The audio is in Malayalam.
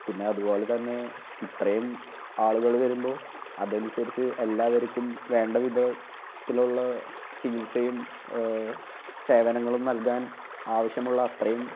പിന്നതുപോലെ തന്നെ ഇത്രയും ആളുകൾ വരുമ്പള്ള് അതനുസരിച്ച് എല്ലാവർക്കും വേണ്ട വിധത്തിലുള്ള ചികിത്സയും സേവനങ്ങളും നൽകാൻ ആവശ്യമുള്ളത്രയും